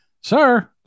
Sir